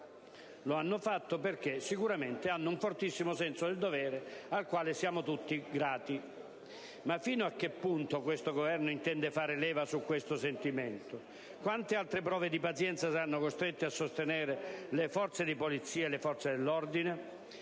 Lo hanno fatto sicuramente perché hanno un fortissimo senso del dovere, di cui siamo tutti grati. Ma fino a che punto questo Governo intende fare leva su tale sentimento? Quante altre prove di pazienza saranno costrette a sostenere le Forze di polizia e quelle dell'ordine?